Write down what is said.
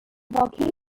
volcano